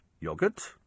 yogurt